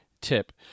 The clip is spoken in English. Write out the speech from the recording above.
tip